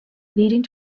leading